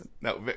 No